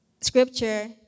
scripture